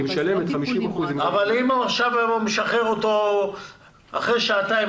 אבל אם משחררים אותו מהמיון תוך שעתיים